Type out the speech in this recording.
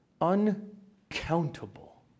uncountable